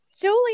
Julie